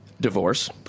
divorce